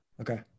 Okay